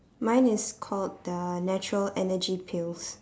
mine is called the natural energy pills